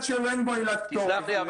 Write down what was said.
שאין עליו עילת פטור --- תסלח לי,